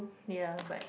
ya but